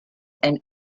and